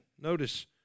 notice